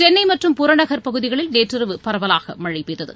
சென்னைமற்றம் புறநகர் பகுதிகளில் நேற்றிரவு பரவலாகமழைபெய்தது